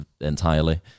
entirely